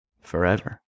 forever